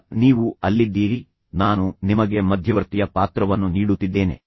ಈಗ ನೀವು ಅಲ್ಲಿದ್ದೀರಿ ನಾನು ನಿಮಗೆ ಮಧ್ಯವರ್ತಿಯ ಪಾತ್ರವನ್ನು ನೀಡುತ್ತಿದ್ದೇನೆ